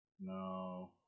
No